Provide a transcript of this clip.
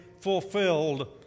fulfilled